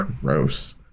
Gross